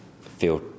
feel